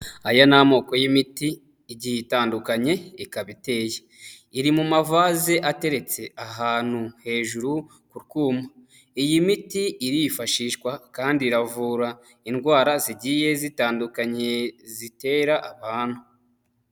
Aya ni amoko y'imiti igiye itandukanye ikaba iteye, iri mu mavaze ateretse ahantu hejuru ku twuma, iyi miti irifashishwa kandi iravura indwara zigiye zitandukanye zitera abantu.